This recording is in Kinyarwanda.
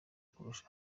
kurusha